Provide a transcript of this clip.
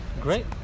Great